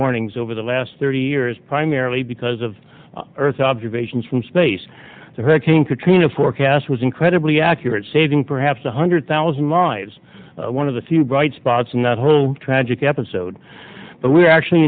warnings over the last thirty years primarily because of earth observations from space the hurricane katrina forecast was incredibly accurate saving perhaps one hundred thousand lives one of the few bright spots in that whole tragic episode but we are actually